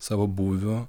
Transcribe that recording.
savo būviu